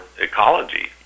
ecology